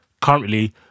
Currently